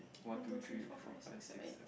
one two three four five six seven eight